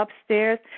upstairs